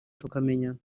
tukamenyana